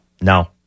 No